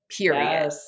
Period